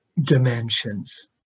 dimensions